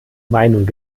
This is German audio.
meinung